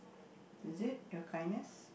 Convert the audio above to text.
is it your kindness